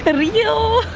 but rio.